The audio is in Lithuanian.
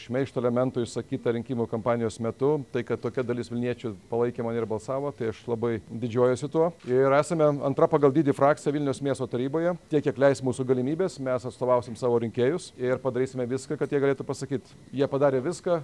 šmeižto elementų išsakyta rinkimų kampanijos metu tai kad tokia dalis vilniečių palaikė mane ir balsavo tai aš labai didžiuojuosi tuo ir esame antra pagal dydį frakcija vilniaus miesto taryboje tiek kiek leis mūsų galimybės mes atstovausim savo rinkėjus ir padarysime viską kad jie galėtų pasakyt jie padarė viską